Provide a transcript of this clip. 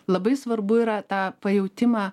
labai svarbu yra tą pajautimą